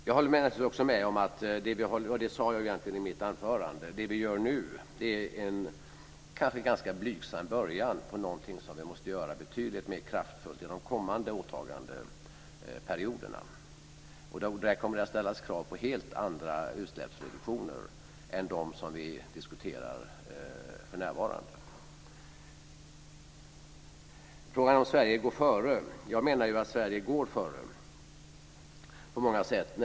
Jag håller också med om - det sade jag egentligen i mitt anförande - att det vi nu ser är en ganska blygsam början på någonting som vi måste göra betydligt mer kraftfullt under de kommande åtagandeperioderna. Där kommer det att ställas krav på helt andra utsläppsreduktioner än dem som vi diskuterar för närvarande. På frågan om Sverige ska gå före vill jag säga att jag menar att Sverige går före på många sätt.